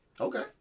Okay